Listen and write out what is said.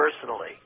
personally